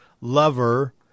lover